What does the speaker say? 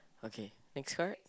okay next card